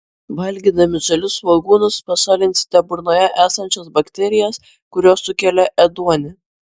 valgydami žalius svogūnus pašalinsite burnoje esančias bakterijas kurios sukelia ėduonį